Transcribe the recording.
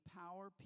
power